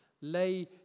lay